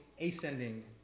ascending